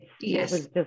yes